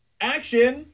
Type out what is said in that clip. action